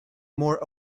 more